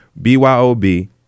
BYOB